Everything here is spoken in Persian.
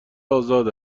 آزاد